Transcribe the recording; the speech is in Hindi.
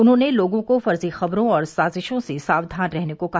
उन्होंने लोगों को फर्जी खबरों और साजिशों से सावधान रहने को कहा